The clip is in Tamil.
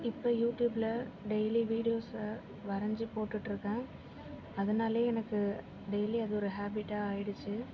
இப்போ யூடியூப்பில டெய்லி வீடியோஸை வரைஞ்சு போட்டுட்டுருக்கன் அதனாலே எனக்கு டெய்லி அது ஒரு ஹபீட்டாக ஆயிடுச்சு